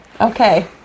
Okay